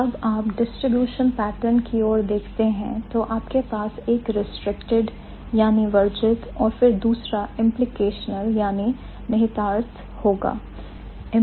जब आप distribution pattern की ओर देखते हैं तो आपके पास एक restricted वर्जित और फिर दूसरा implicational निहितार्थ होगा